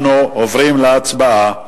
אנחנו עוברים להצבעה.